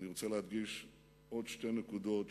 עוד שתי נקודות,